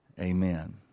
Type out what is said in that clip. Amen